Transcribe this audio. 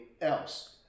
else